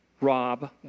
rob